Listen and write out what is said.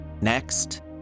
Next